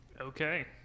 Okay